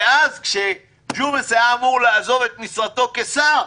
ואז כשג'ומס היה אמור לעזוב את משרתו כשר,